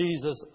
Jesus